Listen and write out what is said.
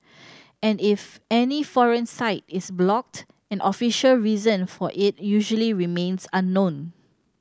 and if any foreign site is blocked an official reason for it usually remains unknown